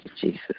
Jesus